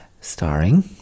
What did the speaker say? starring